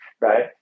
right